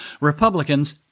Republicans